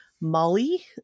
Molly